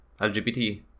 LGBT